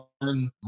learn